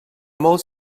molts